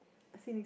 see next one